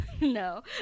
No